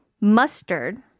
mustard